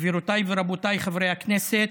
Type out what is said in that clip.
גבירותיי ורבותיי חברי הכנסת,